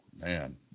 man